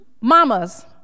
Mamas